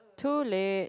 too late